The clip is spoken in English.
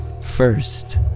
First